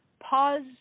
pause